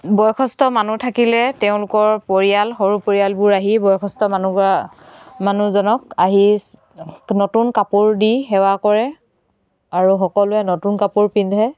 বয়সস্থ মানুহ থাকিলে তেওঁলোকৰ পৰিয়াল সৰু পৰিয়ালবোৰ আহি বয়সস্থ মানুহবোৰৰ মানুহজনক আহি নতুন কাপোৰ দি সেৱা কৰে আৰু সকলোৱে নতুন কাপোৰ পিন্ধে